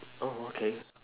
oh okay